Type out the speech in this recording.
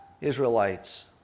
Israelites